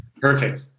Perfect